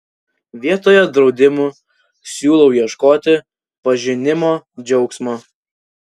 vietoje draudimų siūlau ieškoti pažinimo džiaugsmo